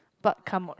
but come on